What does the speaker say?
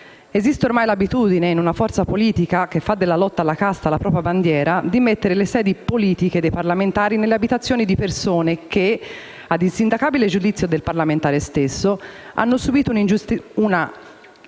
questione di attualità. In una forza politica che fa della lotta alla casta la propria bandiera esiste ormai l'abitudine di mettere le sedi politiche dei parlamentari nelle abitazioni di persone che, ad insindacabile giudizio del parlamentare stesso, hanno subito un'ingiunzione